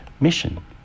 mission